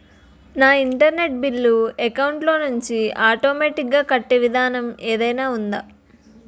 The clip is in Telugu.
నా ఇంటర్నెట్ బిల్లు అకౌంట్ లోంచి ఆటోమేటిక్ గా కట్టే విధానం ఏదైనా ఉందా?